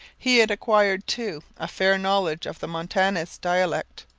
he had acquired, too, a fair knowledge of the montagnais dialect,